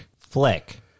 flick